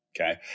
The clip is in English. Okay